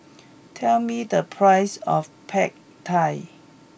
tell me the price of Pad Thai